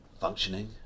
functioning